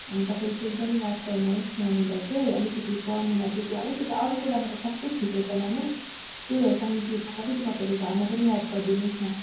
अनि तपाईँले चाहिँ एकदमै याद गर्नुहोस् नानीलाई चाहिँ अलिकति पढ्नुमा चाहिँ त्यो अलिकति अरू कुरामा त सबै ठिकै छ नानी त्यही हो साइन्स ग्रुपमा चाहिँ तपाईँहरूले घरमा पनि याद गरिदिनुहोस् न